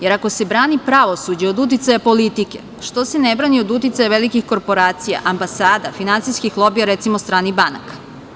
Jer, ako se brani pravosuđe od uticaja politike, što se ne brani od uticaja velikih korporacija, ambasada, finansijskih lobija, recimo, stranih banaka?